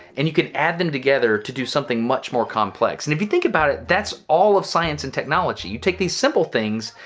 and you can add them together to do something much more complex. and if you think about it, that's all of science and technology. you take these simple things,